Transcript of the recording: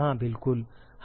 हाँ बिल्कु्ल